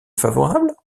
favorable